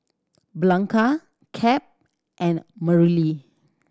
Blanca Cap and Mareli